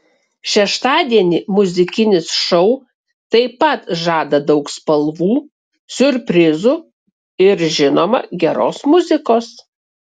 šeštadienį muzikinis šou taip pat žada daug spalvų siurprizų ir žinoma geros muzikos